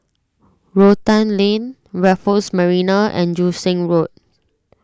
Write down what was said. Rotan Lane Raffles Marina and Joo Seng Road